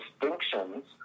distinctions